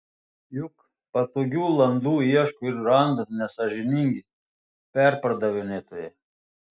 juk patogių landų ieško ir randa nesąžiningi perpardavinėtojai